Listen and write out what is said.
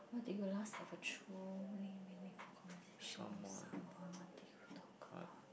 when did you last have a truly meaningful conversation somebpdy what did you talk about